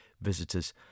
visitors